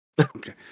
Okay